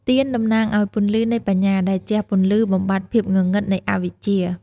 ទៀន តំណាងឱ្យពន្លឺនៃបញ្ញា ដែលជះពន្លឺបំបាត់ភាពងងឹតនៃអវិជ្ជា។